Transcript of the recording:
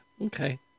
Okay